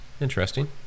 interesting